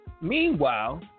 meanwhile